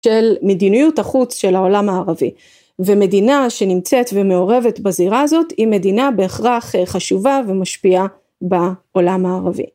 של מדיניות החוץ של העולם הערבי ומדינה שנמצאת ומעורבת בזירה הזאת, היא מדינה בהכרח חשובה ומשפיעה בעולם הערבי.